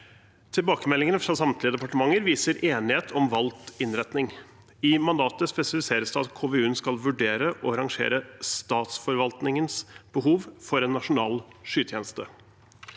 Tilbakemeldingene fra samtlige departementer viser enighet om valgt innretning. I mandatet spesifiseres det at kommunen skal vurdere å rangere statsforvaltningens behov for en nasjonal skytjeneste.